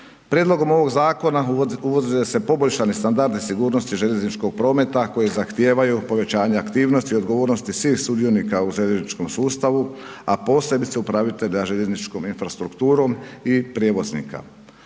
Prijedlogom ovog zakona uvode se poboljšani standardi sigurnosti željezničkog prometa koji zahtijevaju povećanje aktivnosti i odgovornosti svih sudionika u željezničkom sustavu a posebice upravitelja željezničkom infrastrukturom i prijevoznika.